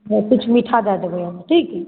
आर किछु मीठा दऽ देबै ठीक अइ